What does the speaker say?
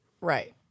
Right